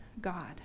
God